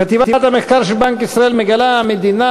חטיבת המחקר של בנק ישראל מגלה: המדינה